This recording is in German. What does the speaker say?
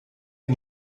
die